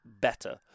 better